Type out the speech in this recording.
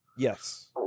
Yes